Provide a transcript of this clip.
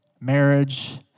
marriage